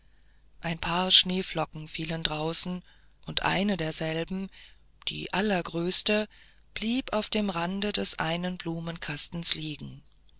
ein paar schneeflocken fielen draußen und eine derselben die allergrößte blieb auf dem rande des einen blumenkasten liegen